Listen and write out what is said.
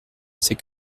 c’est